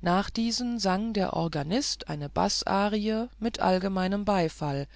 nach diesen sang der organist eine baßarie mit allgemeinem beifall